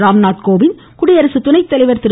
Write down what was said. ராம்நாத் கோவிந்த் குடியரசுத் துணை தலைவர் திரு